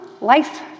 life